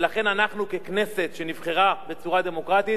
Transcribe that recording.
ולכן אנחנו ככנסת שנבחרה בצורה דמוקרטית